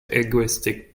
egoistic